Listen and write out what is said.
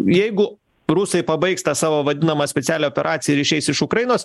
jeigu rusai pabaigs tą savo vadinamą specialią operaciją ir išeis iš ukrainos